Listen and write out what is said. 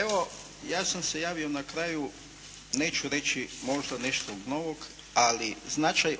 Evo ja sam se javio na kraju, neću reći možda nešto novo, ali značaj